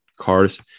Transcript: cars